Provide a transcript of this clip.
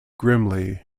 grimly